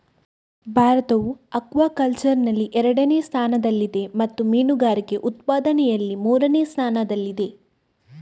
ಭಾರತವು ಅಕ್ವಾಕಲ್ಚರಿನಲ್ಲಿ ಎರಡನೇ ಸ್ಥಾನದಲ್ಲಿದೆ ಮತ್ತು ಮೀನುಗಾರಿಕೆ ಉತ್ಪಾದನೆಯಲ್ಲಿ ಮೂರನೇ ಸ್ಥಾನದಲ್ಲಿದೆ